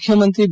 ಮುಖ್ಯಮಂತ್ರಿ ಬಿ